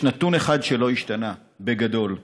יש נתון אחד שלא השתנה, בגדול,